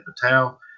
Patel